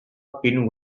pinu